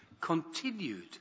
continued